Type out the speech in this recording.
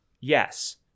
yes